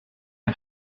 une